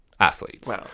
athletes